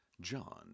John